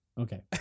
Okay